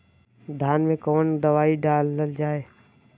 धान मे कवन दवाई डालल जाए?